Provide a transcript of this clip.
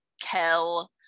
Kel